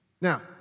Now